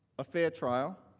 a fair trial.